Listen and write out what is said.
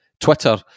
Twitter